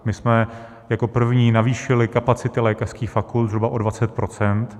My jsme jako první navýšili kapacity lékařských fakult zhruba o 20 %.